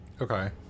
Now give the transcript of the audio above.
Okay